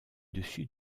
dessus